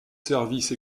services